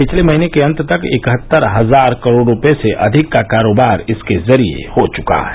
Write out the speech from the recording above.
पिछले महीने के अंत तक इकहत्तर हजार करोड़ रुपये से अधिक का कारोबार इसके जरिये हो चुका है